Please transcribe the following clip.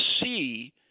see